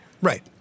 Right